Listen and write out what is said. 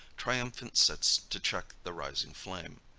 triumphant sits to check the rising flame.